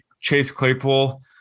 Chase-Claypool